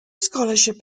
scholarship